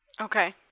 Okay